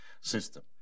system